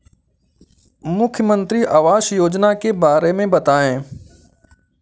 मुख्यमंत्री आवास योजना के बारे में बताए?